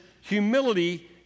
humility